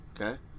Okay